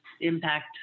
impact